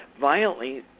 violently